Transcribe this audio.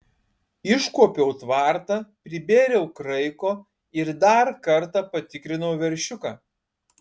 iškuopiau tvartą pribėriau kraiko ir dar kartą patikrinau veršiuką